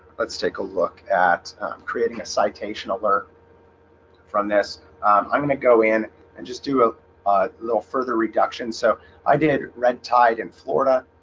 let's take a look at creating a citation alert from this i'm going to go in and just do ah a little further reduction. so i did read tide in, florida